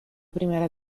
primera